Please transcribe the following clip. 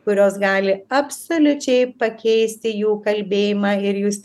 kurios gali absoliučiai pakeisti jų kalbėjimą ir jūs